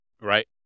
Right